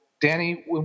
Danny